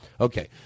Okay